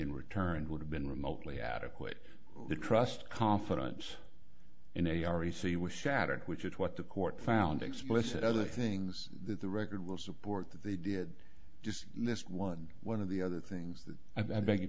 g returned would have been remotely adequate that trust confidence in a already see was shattered which is what the court found explicit other things that the record will support that they did just this one one of the other things that i beg your